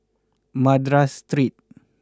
Madras Street